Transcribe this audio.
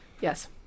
yes